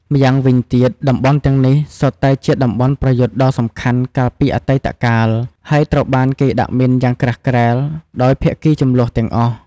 ម្យ៉ាងវិញទៀត តំបន់ទាំងនេះសុទ្ធតែជាតំបន់ប្រយុទ្ធដ៏សំខាន់កាលពីអតីតកាល ហើយត្រូវបានគេដាក់មីនយ៉ាងក្រាស់ក្រែលដោយភាគីជម្លោះទាំងអស់។